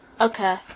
Okay